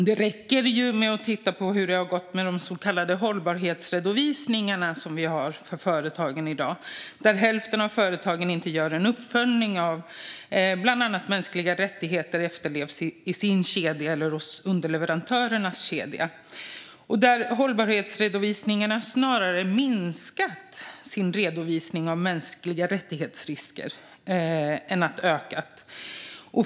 Det räcker med att titta på hur det har gått med de så kallade hållbarhetsredovisningar som vi har för företagen i dag. Hälften av företagen gör inte en uppföljning av bland annat hur mänskliga rättigheter efterlevs i deras kedja eller i underleverantörernas kedja. Hållbarhetsredovisningarna har minskat snarare än ökat sin redovisning av risker för mänskliga rättigheter.